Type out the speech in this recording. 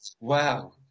Wow